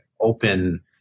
open